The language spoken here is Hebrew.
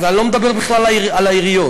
ואני לא מדבר בכלל על העיריות.